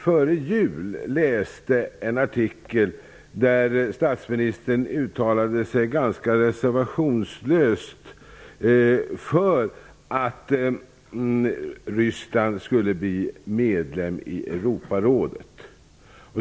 Före jul läste jag en artikel där statsministern uttalade sig ganska reservationslöst för att Ryssland skulle bli medlem i Europarådet.